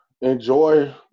enjoy